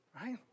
right